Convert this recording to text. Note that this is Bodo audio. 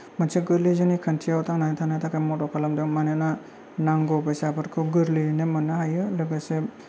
मोनसे गोर्लै जिउनि खान्थियाव थांनानै थानो थाखाय मदद खालामदों मानोना नांगौ बेसादफोरखौ गोरलैयैनो मोन्नो हायो लोगोसे